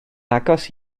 agos